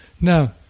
Now